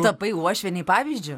tapai uošvienei pavyzdžiu